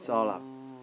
oh